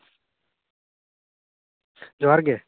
ᱡᱚᱦᱟᱨᱜᱮ